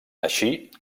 així